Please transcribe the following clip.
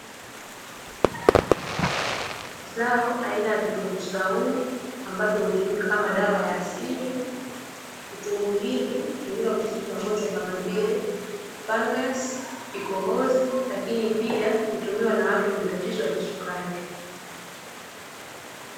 Zao aina ya vitunguu swaumu ambavyo hutumika kama dawa ya asili. Vitunguu hivi hutumika kutibu magonjwa kama vile fangasi, kikohozi, lakini pia hutumiwa na watu wenye matatizo ya kisukari.